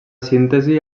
síntesi